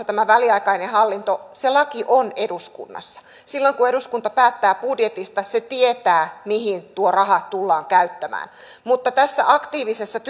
tämä väliaikainen hallinto kun se laki on eduskunnassa silloin kun eduskunta päättää budjetista se tietää mihin tuo raha tullaan käyttämään mutta tässä aktiivisessa